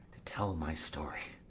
to tell my story